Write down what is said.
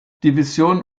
division